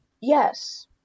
Yes